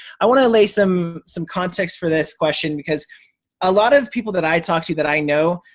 i wanna lay some some context for this question because a lot of people that i talk to that i know,